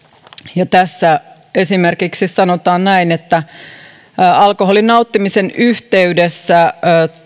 tässä esimerkiksi sanotaan alkoholin nauttimisen yhteydessä